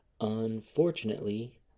Unfortunately